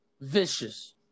Vicious